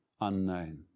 unknown